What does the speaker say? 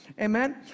Amen